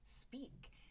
speak